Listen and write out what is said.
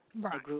Right